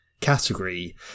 category